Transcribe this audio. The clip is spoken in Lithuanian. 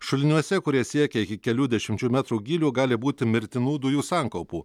šuliniuose kurie siekia iki kelių dešimčių metrų gylio gali būti mirtinų dujų sankaupų